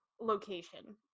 location